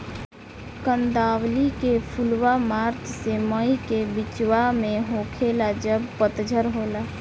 कंदावली के फुलवा मार्च से मई के बिचवा में होखेला जब पतझर होला